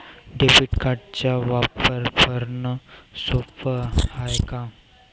Debit कार्डचा वापर भरनं सोप हाय का?